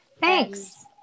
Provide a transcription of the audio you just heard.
thanks